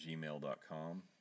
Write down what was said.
gmail.com